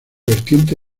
vertiente